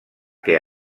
que